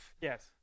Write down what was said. Yes